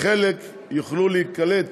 חלק יוכלו להיקלט